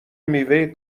میوه